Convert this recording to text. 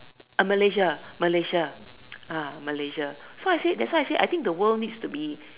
Malaysia Malaysia Malaysia so I said that's why I said the world needs to be